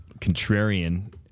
contrarian